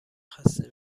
خسته